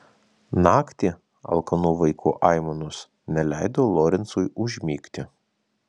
naktį alkanų vaikų aimanos neleido lorencui užmigti